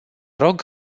rog